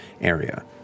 area